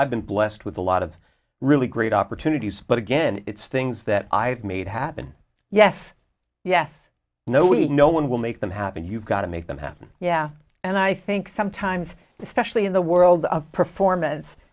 i've been blessed with a lot of really great opportunities but again it's things that i've made happen yes yes nobody no one will make them happen you've got to make them happen yeah and i think sometimes especially in the world of performance